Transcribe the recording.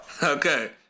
Okay